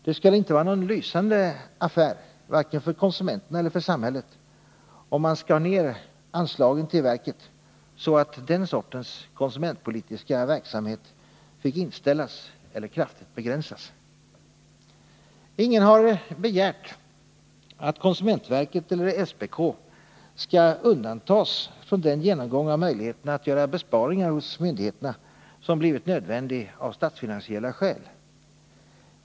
Det skulle inte vara någon lysande affär, varken för konsumenterna eller för samhället, om man skar ner anslagen till verket så att den sortens konsumentpolitiska verksamhet fick inställas eller kraftigt begränsas. Ingen har begärt att konsumentverket eller SPK skall undantas från den genomgång av möjligheterna att göra besparingar hos myndigheterna som blivit nödvändig av statsfinansiella skäl.